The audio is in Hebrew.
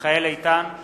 מיכאל איתן,